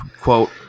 quote